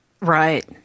Right